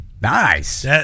Nice